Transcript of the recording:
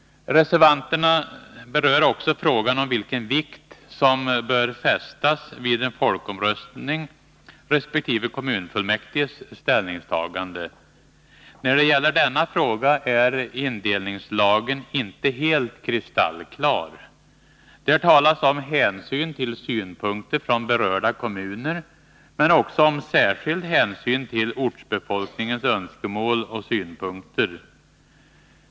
Reservanterna berör också frågan om vilken vikt som bör fästas vid en folkomröstning resp. kommunfullmäktiges ställningstagande. När det gäller denna fråga är indelningslagen inte helt kristallklar. Här talas om hänsyn till synpunkter från berörda kommuner men också om särskild hänsyn till ortsbefolkningens önskemål och synpunkter.